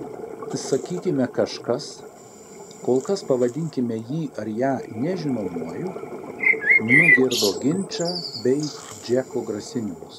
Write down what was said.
sakykime kažkas kol kas pavadinkime jį ar ją nežinomuoju nugirdo ginčą bei džeko grasinimus